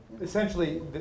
essentially